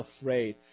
afraid